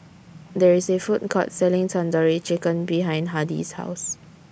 There IS A Food Court Selling Tandoori Chicken behind Hardie's House